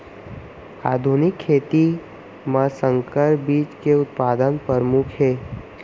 आधुनिक खेती मा संकर बीज के उत्पादन परमुख हे